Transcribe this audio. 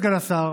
סגן השר,